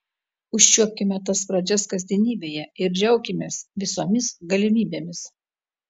užčiuopkime tas pradžias kasdienybėje ir džiaukimės visomis galimybėmis